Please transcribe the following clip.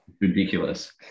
ridiculous